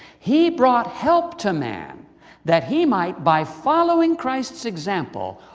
he brought help to man that he might, by following christ's example,